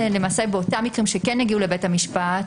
באותם מקרים שכן יגיעו לבית המשפט,